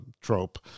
trope